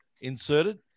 inserted